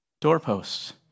doorposts